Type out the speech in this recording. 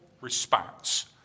response